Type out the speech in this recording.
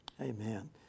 Amen